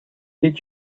did